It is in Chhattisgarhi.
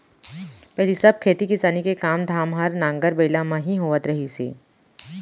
पहिली सब खेती किसानी के काम धाम हर नांगर बइला म ही होवत रहिस हे